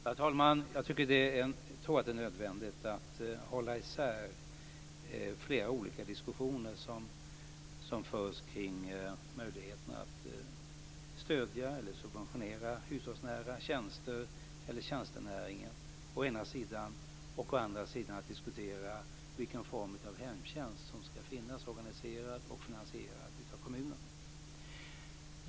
Herr talman! Jag tror att det är nödvändigt att hålla isär flera olika diskussioner som förs kring möjligheterna att stödja eller subventionera hushållsnära tjänster eller tjänstenäringen å ena sidan och å andra sidan diskutera vilken form av hemtjänst som ska finnas organiserad och finansierad av kommunerna.